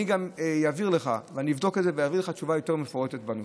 אני אבדוק את זה ואעביר לך תשובה מפורטת יותר בנושא.